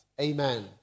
Amen